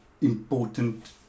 important